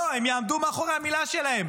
לא, היא תעמוד מאחורי המילה שלה.